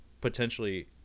potentially